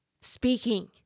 speaking